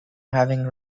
having